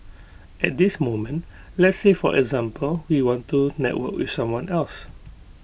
at this moment let's say for example we want to network with someone else